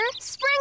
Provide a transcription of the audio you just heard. Spring